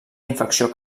infecció